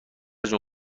جون